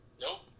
Nope